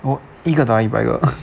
我一个打一百个